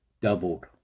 Doubled